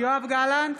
יואב גלנט,